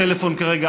שהיא בטלפון כרגע,